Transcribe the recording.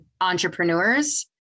entrepreneurs